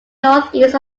northeast